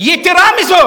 היה יכול לשבת,